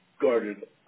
guarded